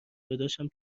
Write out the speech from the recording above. داداشم